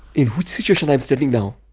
in what situation i'm standing now?